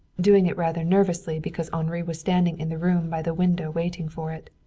doing it rather nervously because henri was standing in the room by the window waiting for it.